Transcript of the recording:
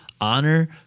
honor